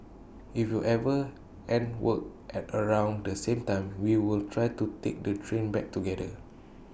if we ever end work at around the same time we will try to take the train back together